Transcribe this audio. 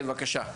כן, בבקשה.